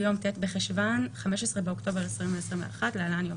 ביום ט' בחשוון התשפ"ב (15 באוקטובר 2021) (להלן יום